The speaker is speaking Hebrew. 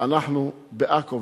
אנחנו בעכו,